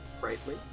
brightly